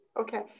Okay